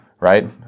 Right